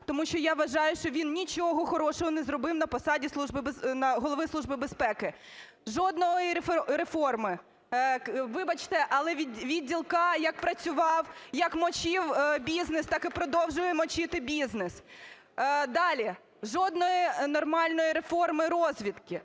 Тому що я вважаю, що він нічого хорошого не зробив на посаді Голови Служби безпеки. Жодної реформи. Вибачте, але відділ "К" як працював, як "мочив" бізнес, так і продовжує "мочити" бізнес. Далі. Жодної нормальної реформи розвідки.